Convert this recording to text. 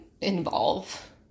involve